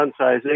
downsizing